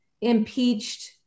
impeached